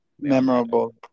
Memorable